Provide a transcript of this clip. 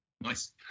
Nice